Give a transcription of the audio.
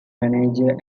manager